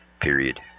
period